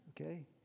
Okay